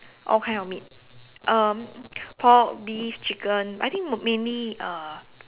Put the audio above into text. all kind meat um pork beef chicken I think mainly uh